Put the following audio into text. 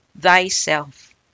thyself